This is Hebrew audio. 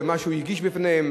למה שהוא הגיש בפניה,